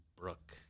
Brooke